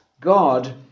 God